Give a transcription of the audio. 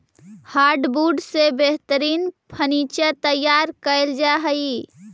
hardwood से बेहतरीन furniture तैयार कैल जा हइ